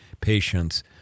patients